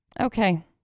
Okay